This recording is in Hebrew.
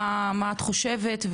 מה את חושבת,